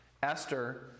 Esther